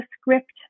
script